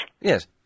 Yes